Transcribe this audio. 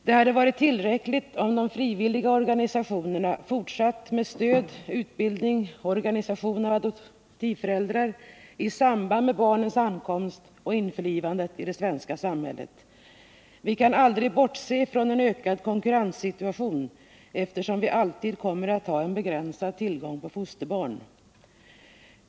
Det hade varit tillräckligt om de frivilliga organisationerna fortsatt med stöd, utbildning och organisation av adoptivföräldrar i samband med barnens ankomst och införlivande i det svenska samhället. Vi kan aldrig bortse från en ökad konkurrenssituation, eftersom vi alltid kommer att ha en begränsad tillgång på fosterbarn.